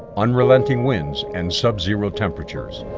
unrelenting winds, and sub-zero temperatures.